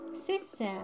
sister